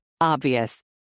Obvious